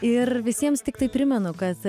ir visiems tiktai primenu kad